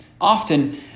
Often